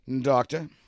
Doctor